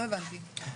לא הבנתי.